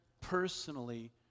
personally